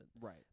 Right